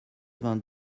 vingt